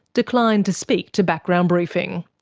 declined to speak to background briefing.